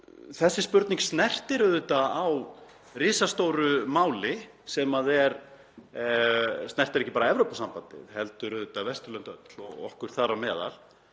Þessi spurning snertir auðvitað á risastóru máli sem snertir ekki bara Evrópusambandið heldur Vesturlönd öll og okkur þar á meðal